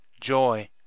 JOY